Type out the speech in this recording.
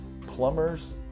plumbers